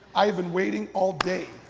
i have been waiting all day.